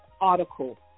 article